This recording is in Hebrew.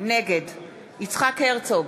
נגד יצחק הרצוג,